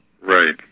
Right